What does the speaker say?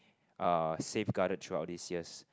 ah safe guarded through out these years